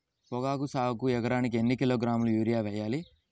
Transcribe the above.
పొగాకు సాగుకు ఎకరానికి ఎన్ని కిలోగ్రాముల యూరియా వేయాలి?